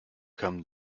come